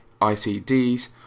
ICDs